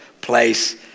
place